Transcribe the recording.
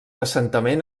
assentament